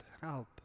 help